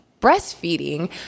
breastfeeding